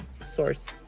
source